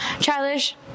childish